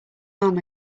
arm